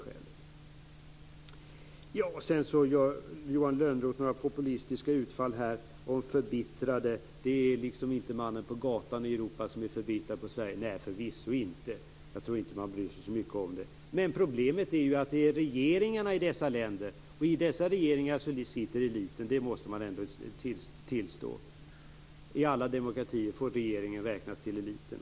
Johan Lönnroth gör några populistiska utfall här och talar om människor som är förbittrade. Det är förvisso inte "mannen på gatan i Europa" som är förbittrad - jag tror inte att man bryr sig så mycket om detta. Problemet är regeringarna i dessa länder, och i dessa regeringar sitter eliten; det måste ändå tillstås. I alla demokratier får alltså regeringen räknas till eliten.